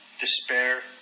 despair